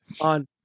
On